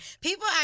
People